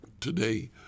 Today